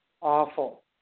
awful